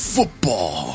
Football